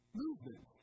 movement